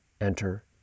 enter